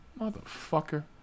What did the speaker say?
motherfucker